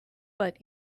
but